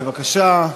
בבקשה.